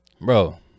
bro